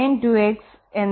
etc